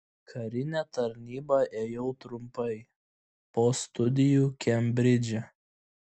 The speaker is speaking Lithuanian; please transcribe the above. karinę tarnybą ėjau trumpai po studijų kembridže